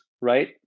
right